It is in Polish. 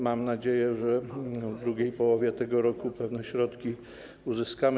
Mam nadzieję, że w drugiej połowie tego roku pewne środki uzyskamy.